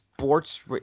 Sports